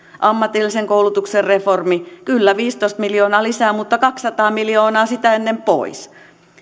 ammatillisen koulutuksen reformi kyllä viisitoista miljoonaa lisää mutta kaksisataa miljoonaa sitä ennen pois